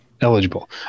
eligible